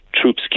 troops